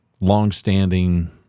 longstanding